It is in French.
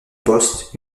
poste